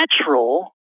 natural